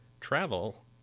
travel